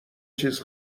چیز